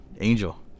Angel